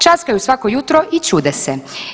Časkaju svako jutro i čude se.